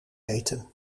eten